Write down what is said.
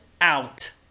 out